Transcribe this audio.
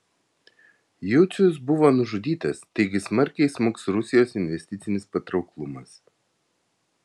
jucius buvo nužudytas taigi smarkiai smuks rusijos investicinis patrauklumas